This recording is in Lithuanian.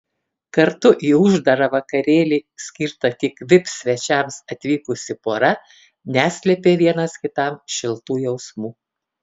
kartu į uždarą vakarėlį skirtą tik vip svečiams atvykusi pora neslėpė vienas kitam šiltų jausmų